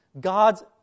God's